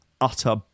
utter